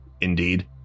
indeed